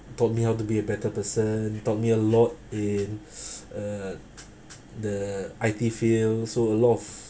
taught me how to be a better person taught me a lot in uh the I_T field so a lof of